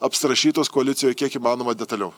apsirašytos koalicijoj kiek įmanoma detaliau